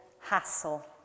hassle